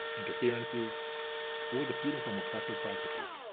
interferences, or the freedom from oppressive practices.